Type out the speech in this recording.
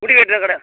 முடி வெட்டுற கடை